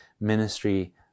ministry